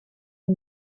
une